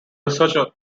research